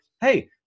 hey